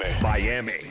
Miami